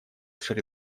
шри